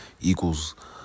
equals